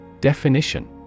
Definition